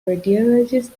radiologist